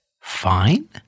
fine